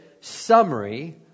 summary